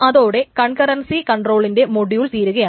ഇതോടെ കറൻസി കൺട്രോളിൻറെ മൊഡ്യൂൾ തീരുകയാണ്